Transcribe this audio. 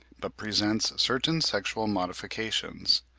but presents certain sexual modifications.